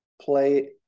play